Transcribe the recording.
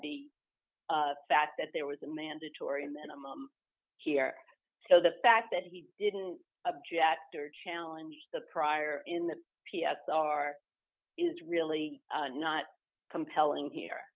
the fact that there was a mandatory minimum here so the fact that he didn't object or challenge the prior in the p s r is really not compelling here